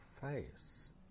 face